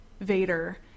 Vader